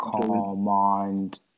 Command